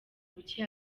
bucye